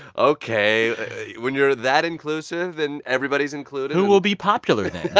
ok, when you're that inclusive and everybody's included. who will be popular then? no,